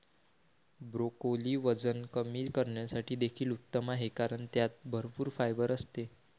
broccoli वजन कमी करण्यासाठी देखील उत्तम आहे कारण त्यात भरपूर फायबर असते